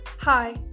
Hi